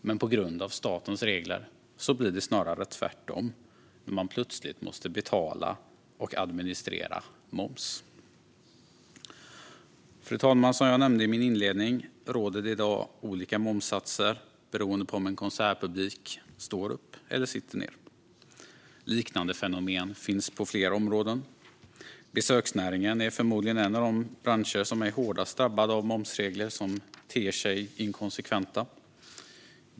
Men på grund av statens regler blir det snarare tvärtom när man plötsligt måste betala och administrera moms. Fru talman! Som jag nämnde i min inledning gäller i dag olika momssatser beroende på om en konsertpublik står upp eller sitter ned. Liknande fenomen finns på fler områden. Besöksnäringen är förmodligen en av de branscher som är hårdast drabbade av momsregler som ter sig inkonsekventa.